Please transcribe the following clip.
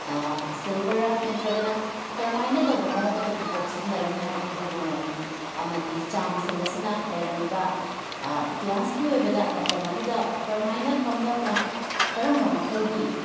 ꯁꯤꯜꯕꯔꯔꯥ ꯅꯠꯇ꯭ꯔꯒꯅ ꯀꯔꯝ ꯍꯥꯏꯅ ꯇꯧꯕ ꯃꯑꯣꯡ ꯃꯇꯧꯒꯤ ꯄꯣꯠ ꯁꯤꯖꯤꯟꯅꯔꯝꯃꯤ ꯍꯥꯏꯕꯗꯨ ꯈꯪꯕ ꯉꯝꯃꯤ ꯑꯃꯗꯤ ꯁ꯭ꯇꯥꯝꯁꯤꯡ ꯑꯁꯤꯅ ꯂꯩꯔꯝꯃꯤꯕ ꯏꯇꯤꯍꯥꯁꯀꯤ ꯑꯣꯏꯕꯗ ꯃꯇꯝ ꯑꯗꯨꯗ ꯀꯔꯝ ꯍꯥꯏꯅ ꯀꯝꯗꯧꯅ ꯀꯔꯝꯕ ꯃꯈꯜꯒꯤ